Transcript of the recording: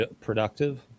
productive